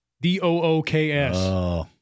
D-O-O-K-S